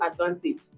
advantage